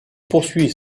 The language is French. poursuit